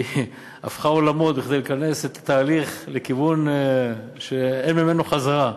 היא הפכה עולמות כדי לכנס את התהליך לכיוון שאין ממנו חזרה,